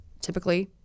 typically –